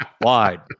wide